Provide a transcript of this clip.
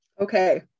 Okay